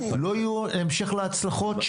ולא יהיה המשך להצלחות,